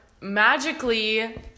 magically